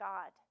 God